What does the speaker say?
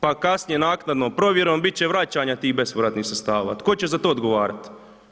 Pa kasnije naknadnom provjerom, bit će vraćanja tih bespovratnih sredstava, tko će za to odgovarati?